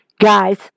Guys